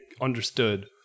understood